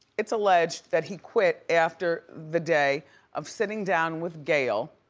it's alleged that he quit after the day of sitting down with gayle.